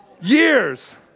years